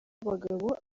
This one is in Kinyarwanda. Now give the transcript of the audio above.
abagabo